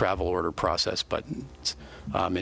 travel order process but